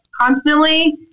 constantly